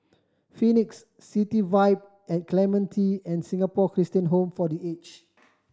Phoenix City Vibe at Clementi and Singapore Christian Home for The Aged